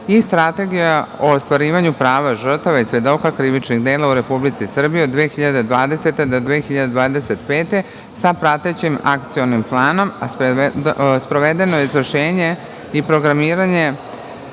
i Strategija o ostvarivanju prava žrtava i svedoka krivičnih dela u Republici Srbiji od 2020. do 2025. godine, sa pratećim Akcionom planom, a sprovedeno je izvršenje i programiranje